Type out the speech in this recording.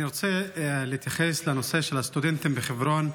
אני רוצה להתייחס לנושא של הסטודנטים בחברון.